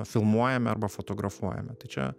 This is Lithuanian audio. filmuojame ar fotografuojame tai čia